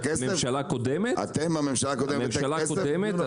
את הכסף?